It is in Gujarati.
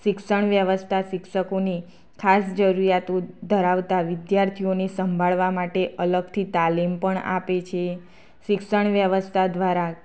શિક્ષણ વ્યવસ્થા શિક્ષકોને ખાસ જરૂરીયાતો ધરાવતા વિદ્યાર્થીઓને સંભાળવા માટે અલગથી તાલીમ પણ આપે છે શિક્ષણ વ્યવસ્થા દ્વારા